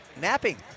napping